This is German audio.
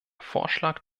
vorschlag